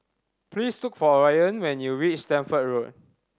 please look for Orion when you reach Stamford Road